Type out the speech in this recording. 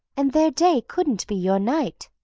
and their day couldn't be your night.